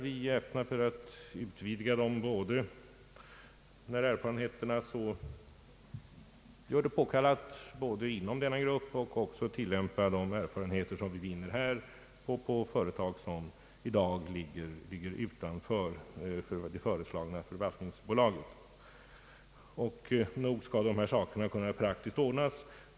Vi är öppna för att utvidga möjligheterna till insyn när erfarenheterna gör detta påkallat, såväl beträffande denna grupp som beträffande företag vilka i dag ligger utanför det föreslagna förvaltningsbolaget. Nog skall dessa saker kunna praktiskt ordnas.